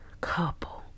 couple